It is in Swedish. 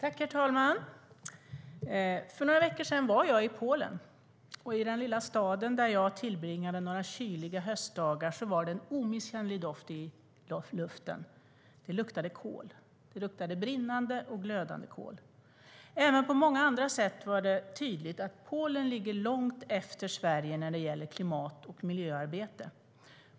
Herr talman! För några veckor sedan var jag i Polen. I den lilla staden där jag tillbringade några kyliga höstdagar fanns en omisskännlig doft i luften. Det luktade kol. Det luktade brinnande och glödande kol. Även på många andra sätt var det tydligt att Polen ligger långt efter Sverige när det gäller klimat och miljöarbetet.